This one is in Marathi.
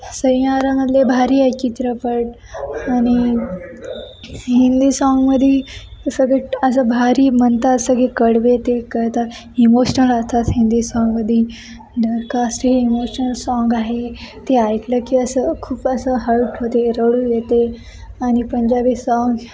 सैयारामधले भारी आहे चित्रपट आणि हिंदी साँगमध्ये सगळे असं भारी म्हणतात सगळे कडवे ते कळतात इमोशनल असतात हिंदी साँगमध्ये डरकास्ट हे इमोशनल साँग आहे ते ऐकलं की असं खूप असं हळट होते रडू येते आणि पंजाबी साँग